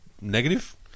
negative